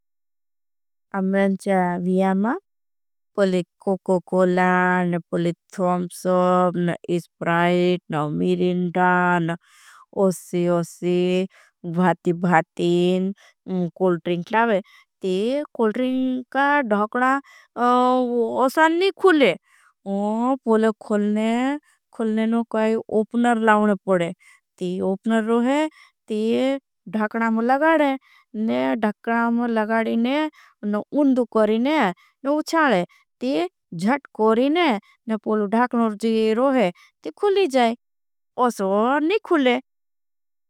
मेरे व्याख्यान में Coca Cola, Thums Up, Sprite, Mirinda. ओसी ओसी भाती भाती कोल ट्रिंक लावें कोल ट्रिंक का धखणा। असान नहीं खुलें पोले खुलनें खुलनें काई ओपनर लावनें पड़ें ती। ओपनर रोहे ती धखणा में लगारें ने धखणा में लगारें ने उन्दु करें ने। उचालें ती जट करें ने पोलो धखणा रोहे ती खुली जाएं असान नहीं खुलें।